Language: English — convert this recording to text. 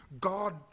God